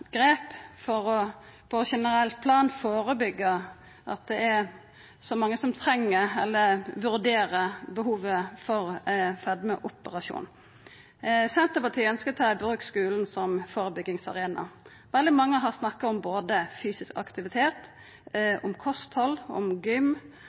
grep for på generelt plan å førebyggja at det er så mange som treng – eller vurderer behovet for – fedmeoperasjon? Senterpartiet ønskjer å ta i bruk skulen som førebyggingsarena. Veldig mange har snakka om både fysisk aktivitet,